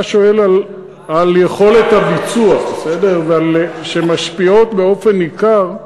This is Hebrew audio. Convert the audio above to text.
אתה שואל על יכולות הביצוע שמשפיעות באופן ניכר,